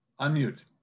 unmute